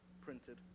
printed